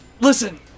listen